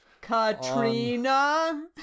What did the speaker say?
Katrina